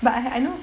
but I I know